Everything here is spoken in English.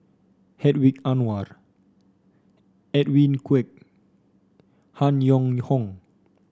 Hedwig Anuar Edwin Koek Han Yong Hong